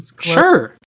sure